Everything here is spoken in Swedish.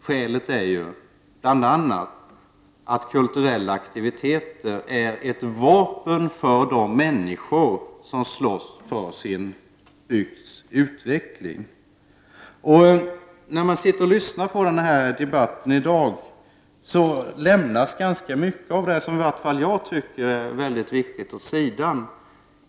Skälet till detta är bl.a. att kulturella aktiviteter är ett vapen för de många människor som slåss för sin bygds utveckling. När jag lyssnar på debatten i dag tycker jag att ganska mycket som det jag tycker är väldigt viktigt lämnats åt sidan.